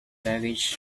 baggage